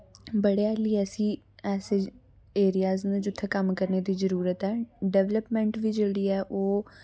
बड़े आह्ली ऐसी ऐसे एरियाज न जुत्थे कम्म करने दी जरुरत ऐ डेवलपमैंट वी जेह्ड़ी ऐ ओह्